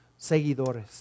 seguidores